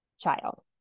child